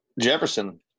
Jefferson